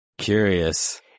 curious